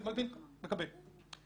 מקבל.